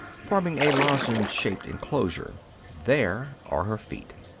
forming a lozenge shaped enclosure there are her feet.